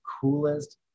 coolest